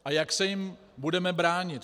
A jak se jim budeme bránit?